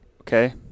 okay